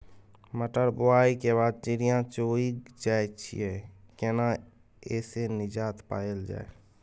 मटर बुआई के बाद चिड़िया चुइग जाय छियै केना ऐसे निजात पायल जाय?